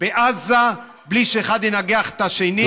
בעזה בלי שאחד ינגח את השני?